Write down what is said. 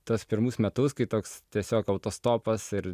tuos pirmus metus kai toks tiesiog autostopas ir